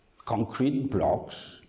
concrete blocks.